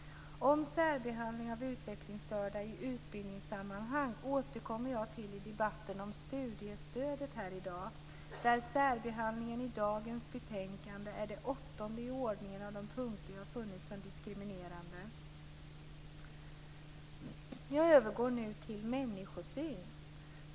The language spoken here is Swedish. Om särbehandling av utvecklingsstörda i utbildningssammanhang återkommer jag till i debatten om studiestödet här i dag, där särbehandlingen i dagens betänkande är den åttonde i oordningen av de punkter som jag har funnit som diskriminerande. Jag övergår nu till att tala om människosyn.